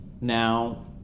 now